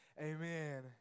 amen